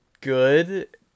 good